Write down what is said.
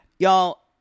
Y'all